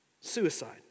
Suicide